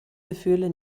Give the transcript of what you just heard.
gefühle